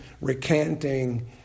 recanting